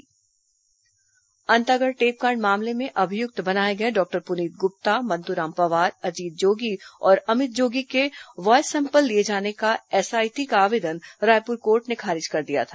अंतागढ़ टेपकांड अंतागढ़ टेपकांड मामले में अभियुक्त बनाए गए डॉक्टर पुनीत गुप्ता मंतूराम पवार अजीत जोगी और अमित जोगी के वॉयस सैंपल लिए जाने का एसआईटी का आवेदन रायपुर कोर्ट ने खारिज कर दिया था